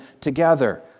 together